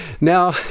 Now